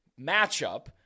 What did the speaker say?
Matchup